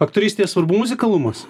aktorystėje svarbu muzikalumas